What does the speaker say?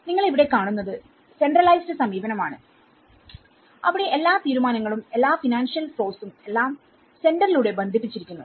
നിങ്ങൾ ഇവിടെ കാണുന്നത് സെൻട്രലൈസ്ഡ് സമീപനമാണ് അവിടെ എല്ലാ തീരുമാനങ്ങളും എല്ലാ ഫിനാൻഷ്യൽ ഫ്ലോസുംഎല്ലാം സെന്ററിലൂടെ ബന്ധിപ്പിച്ചിരിക്കുന്നു